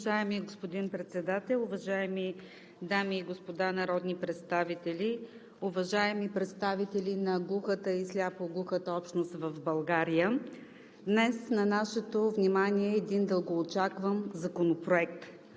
Уважаеми господин Председател, уважаеми дами и господа народни представители, уважаеми представители на глухата и сляпо-глухата общност в България! Днес на нашето внимание е един дългоочакван законопроект,